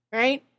right